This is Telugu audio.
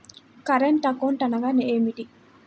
కరెంట్ అకౌంట్ అనగా ఏమిటి?